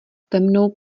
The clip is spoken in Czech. temnou